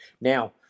Now